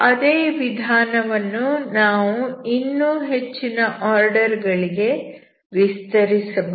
ಅದೇ ವಿಧಾನವನ್ನು ನಾವು ಇನ್ನೂ ಹೆಚ್ಚಿನ ಆರ್ಡರ್ ಗಳಿಗೆ ವಿಸ್ತರಿಸಬಹುದು